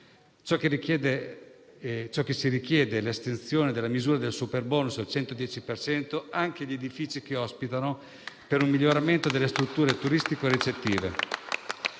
Ciò che si richiede è l'estensione della misura del superbonus del 110 per cento anche agli edifici che ospitano, per un miglioramento delle strutture turistico-ricettive